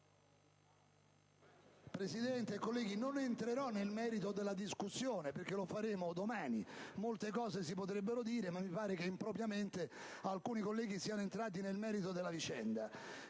Presidente, non entrerò nel merito della discussione perché lo faremo domani. Molte cose si potrebbero dire, ma mi sembra che impropriamente alcuni colleghi siano entrati nel merito della vicenda.